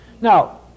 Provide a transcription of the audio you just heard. Now